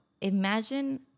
imagine